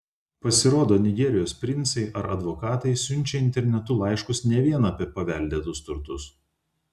pasirodo nigerijos princai ar advokatai siunčia internetu laiškus ne vien apie paveldėtus turtus